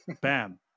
Bam